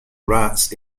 rats